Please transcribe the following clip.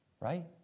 right